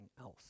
else